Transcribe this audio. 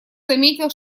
заметил